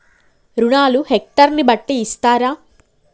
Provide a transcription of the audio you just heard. రుణాలు హెక్టర్ ని బట్టి ఇస్తారా?